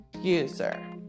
user